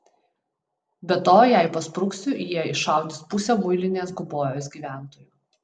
be to jei paspruksiu jie iššaudys pusę muilinės gubojos gyventojų